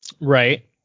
Right